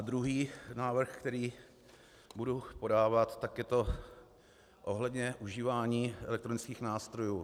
Druhý návrh, který budu podávat, tak je to ohledně užívání elektronických nástrojů.